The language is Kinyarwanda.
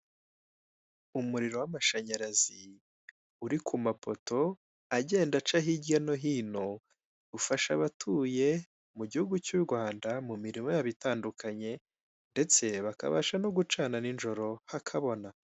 Umuriro w'amashanyarazi, uri ku mapoto, agenda aca hirya no hino, ufasha abatuye mu gihugu cy'u Rwanda, mu mirimo yabo itandukanye, ndetse bakabasha no gucana nijoro hakabona.